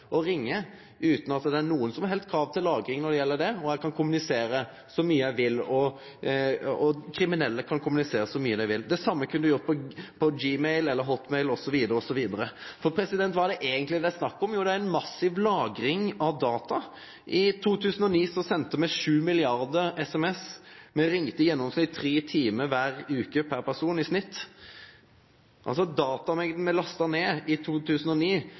og ringje utan at det er noko som helst krav til lagring av det. Eg kan kommunisere så mykje eg vil, og kriminelle kan kommunisere så mykje dei vil. Det same kunne du gjort på Gmail eller Hotmail osv. For kva er det eigentleg snakk om? Jo, det er ei massiv lagring av data. I 2009 sende me 7 milliardar SMS-ar. Me ringde tre timar kvar veke per person i snitt. Datamengda me lasta ned i 2009